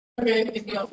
Okay